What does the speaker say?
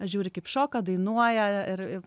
žiūri kaip šoka dainuoja ir